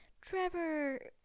Trevor